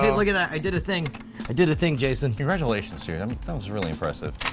um look at that, i did a thing. i did a thing jason congratulations, dude. and that was really impressive.